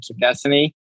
destiny